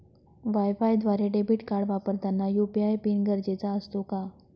वायफायद्वारे debit card वापरताना UPI PIN गरजेचा असतो का?